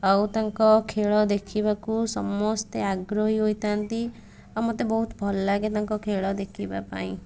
ଆଉ ତାଙ୍କ ଖେଳ ଦେଖିବାକୁ ସମସ୍ତେ ଆଗ୍ରହୀ ହୋଇଥାନ୍ତି ଆଉ ମୋତେ ବହୁତ ଭଲ ଲାଗେ ତାଙ୍କ ଖେଳ ଦେଖିବା ପାଇଁ